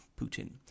Putin